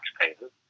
taxpayers